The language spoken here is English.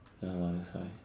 ya lah that's why